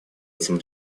этим